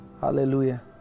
hallelujah